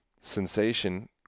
sensation